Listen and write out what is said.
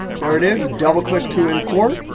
there it is. double click to import.